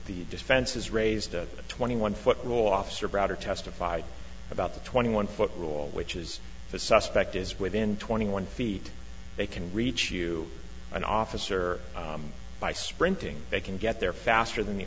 the defense has raised a twenty one foot rule officer browder testified about the twenty one foot rule which is the suspect is within twenty one feet they can reach you an officer by sprinting they can get there faster than the